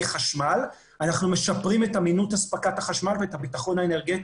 חשמל אנחנו משפרים את אמינות אספקת החשמל ואת הביטחון האנרגטי,